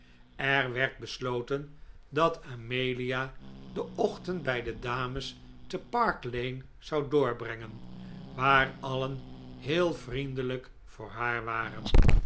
er werd besloten dat amelia den ochtend bij de dames te park lane zou doorbrengen waar alien heel vriendelijk voor haar waren